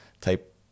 type